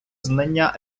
знання